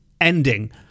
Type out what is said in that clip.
ending